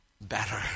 better